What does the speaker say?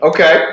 Okay